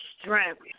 strength